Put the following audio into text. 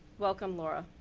welcome, laura.